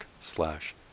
slash